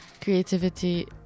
creativity